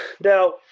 now